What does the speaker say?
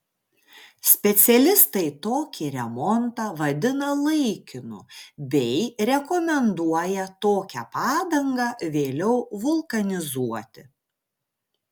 specialistai tokį remontą vadina laikinu bei rekomenduoja tokią padangą vėliau vulkanizuoti